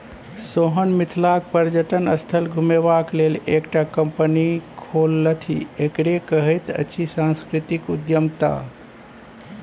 सोहन मिथिलाक पर्यटन स्थल घुमेबाक लेल एकटा कंपनी खोललथि एकरे कहैत अछि सांस्कृतिक उद्यमिता